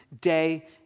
day